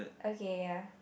okay ya